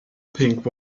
pink